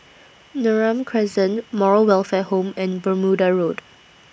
Neram Crescent Moral Welfare Home and Bermuda Road